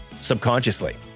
subconsciously